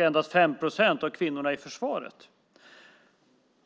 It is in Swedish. endast ca 5 procent kvinnor i försvaret?